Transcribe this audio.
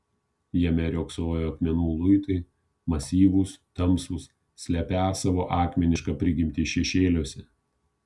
jame riogsojo akmenų luitai masyvūs tamsūs slepią savo akmenišką prigimtį šešėliuose